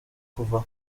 kuva